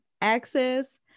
access